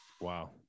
Wow